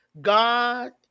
God